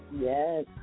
Yes